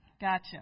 Gotcha